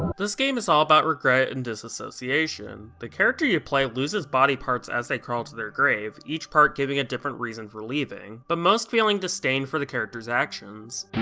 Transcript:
this game is all about regret and disassociation. the character you play loses body parts as they crawl to their grave, each part giving a different reason for leaving, but most feeling disdain for the character's actions.